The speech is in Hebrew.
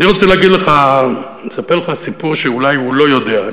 אני רוצה לספר לך סיפור שאולי הוא לא יודע.